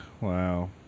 Wow